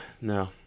no